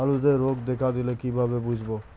আলুতে রোগ দেখা দিলে কিভাবে বুঝবো?